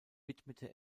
widmete